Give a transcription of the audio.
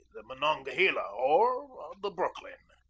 the monongahela, or the brooklyn.